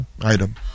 item